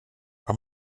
are